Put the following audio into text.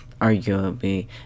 arguably